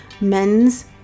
men's